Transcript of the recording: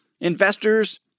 investors